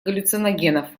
галлюциногенов